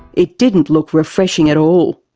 it didn't look refreshing at all.